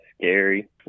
scary